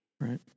Right